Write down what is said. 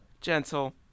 Gentle